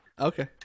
Okay